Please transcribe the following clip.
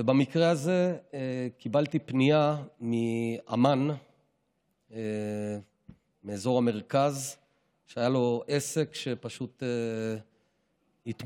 ובמקרה הזה קיבלתי פנייה מאומן מאזור המרכז שהיה לו עסק שפשוט התמוטט,